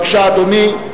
בבקשה, אדוני.